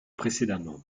précédemment